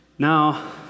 Now